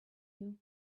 you